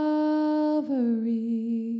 Calvary